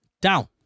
down